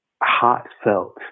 heartfelt